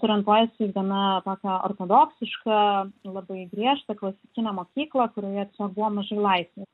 orientuojasi į gana tokią ortodoksišką labai griežtą klasikinę mokyklą kurioje tiesiog buvo mažai laisvės